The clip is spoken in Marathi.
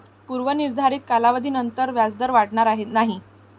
पूर्व निर्धारित कालावधीनंतर व्याजदर वाढणार नाही